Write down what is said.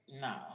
No